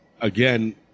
again